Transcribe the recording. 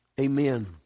Amen